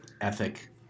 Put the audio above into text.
Ethic